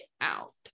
out